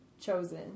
chosen